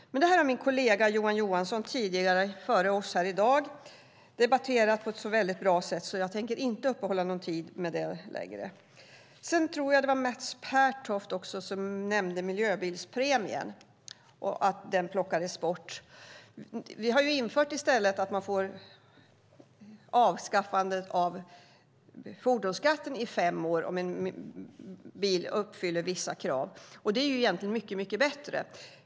Men det har min kollega Johan Johansson tidigare i dag debatterat på ett väldigt bra sätt. Därför tänker jag inte lägga någon mer tid på det. Sedan tror jag att det var Mats Pertoft som nämnde miljöbilspremien och att den plockades bort. Vi har i stället infört att man befrias från fordonsskatten i fem år om en bil uppfyller vissa krav. Det är egentligen mycket bättre.